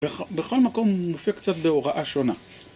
בכל מקום הוא מופיע קצת בהוראה שונה